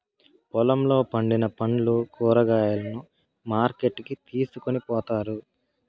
పొలంలో పండిన పండ్లు, కూరగాయలను మార్కెట్ కి తీసుకొని పోతారు